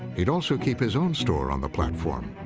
he'd also keep his own store on the platform,